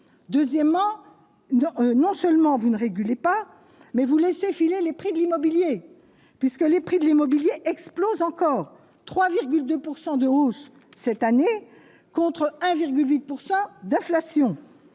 deuxièmement, non, non seulement vous ne pas mais vous laisser filer les prix de l'immobilier puisque les prix de l'immobilier explose encore 3,2 pourcent de hausse cette année, contre 1,8 pourcent d'inflation